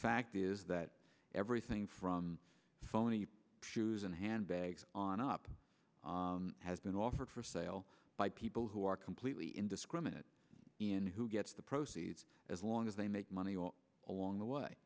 fact is that everything from phoney shoes and handbags on up has been offered for sale by people who are completely indiscriminate in who gets the proceeds as long as they make money along the way